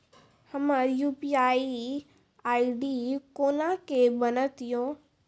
हमर UPI ID कोना के बनत यो?